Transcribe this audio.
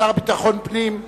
השר לביטחון הפנים.